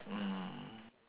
mm